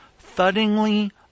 thuddingly